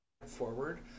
forward